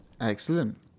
Excellent